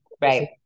right